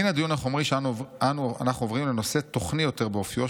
מן הדיון החומרי אנו עוברים לנושא תוכני יותר באופיו,